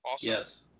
Yes